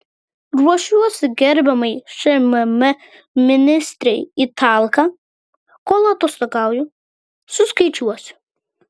ruošiuosi gerbiamai šmm ministrei į talką kol atostogauju suskaičiuosiu